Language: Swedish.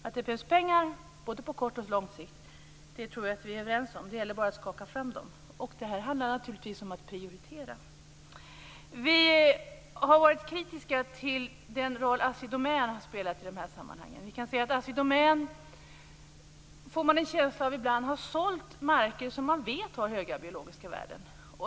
Att det behövs pengar på både kort och lång sikt tror jag att vi är överens om. Det gäller bara att skaka fram pengarna. Här handlar det naturligtvis om att prioritera. Vi har varit kritiska till den roll som Assi Domän har spelat i de här sammanhangen. Ibland får man en känsla av att Assi Domän har sålt marker som det är bekant har höga biologiska värden.